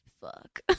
fuck